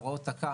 הוראות תכ"מ,